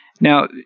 Now